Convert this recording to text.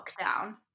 lockdown